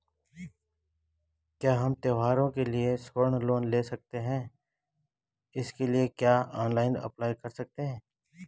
क्या हम त्यौहारों के लिए स्वर्ण लोन ले सकते हैं इसके लिए क्या ऑनलाइन अप्लाई कर सकते हैं?